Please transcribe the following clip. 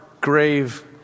grave